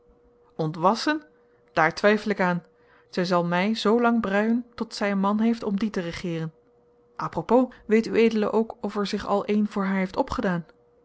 ontwassen daar twijfel ik aan zij zal mij zoo lang bruien tot zij een man heeft om dien te regeeren apropos weet ued ook of er zich al één voor haar heeft opgedaan